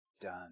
done